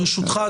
ברשותך,